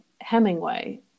Hemingway